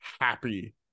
happy